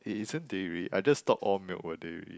it isn't dairy I just thought all milk were dairy